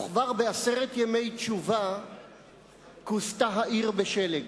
וכבר בעשרת ימי תשובה כוסתה העיר בשלג.